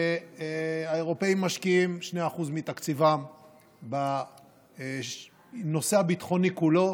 האירופים משקיעים 2% מתקציבם בנושא הביטחוני כולו,